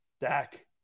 Dak